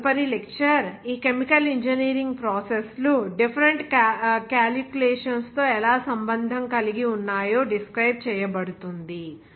ఇప్పుడు తదుపరి లెక్చర్ ఈ కెమికల్ ఇంజనీరింగ్ ప్రాసెస్ లు డిఫరెంట్ క్యాలిక్యులేషన్స్ తో ఎలా సంబంధం కలిగి ఉన్నాయో డిస్క్రైబ్ చేయబడుతుంది